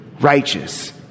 righteous